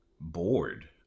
bored